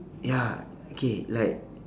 ya okay like